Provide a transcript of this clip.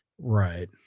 right